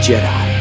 Jedi